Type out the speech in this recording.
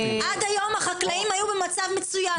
עד היום החקלאים היו במצב מצוין.